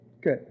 Good